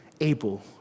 able